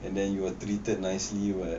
and then you are treated nicely [what]